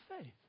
faith